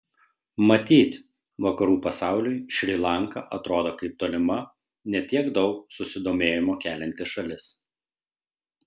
matyt vakarų pasauliui šri lanka atrodo kaip tolima ne tiek daug susidomėjimo kelianti šalis